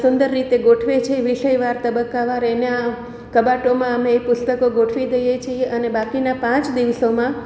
સુંદર રીતે ગોઠવે છે વિષયવાર તબક્કાવાર એના કબાટોમાં અમે એ પુસ્તકો ગોઠવી દઈએ છીએ અને બાકીના પાંચ દિવસોમાં